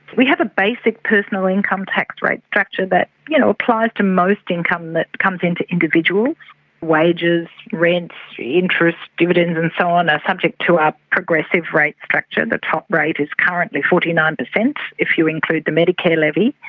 we have a basic personal income tax rate structure that you know applies to most income that comes in to individuals wages, rents, interests, dividends and so on are subject to a ah progressive rate structure. the top rate is currently forty nine percent if you include the medicare levy,